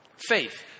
Faith